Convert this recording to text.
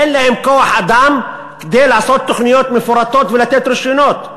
אין להן כוח-אדם כדי לעשות תוכניות מפורטות ולתת רישיונות.